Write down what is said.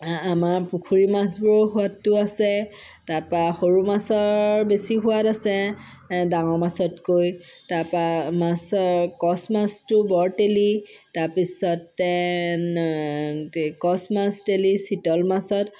আমাৰ পুখুৰীৰ মাছবোৰৰো সোৱাদটো আছে তাৰপৰা সৰু মাছৰ বেছি সোৱাদ আছে ডাঙৰ মাছতকৈ তাৰপৰা মাছৰ কচমাছটো বৰ তেলি তাৰপিছতে কচমাছ তেলি চিতল মাছত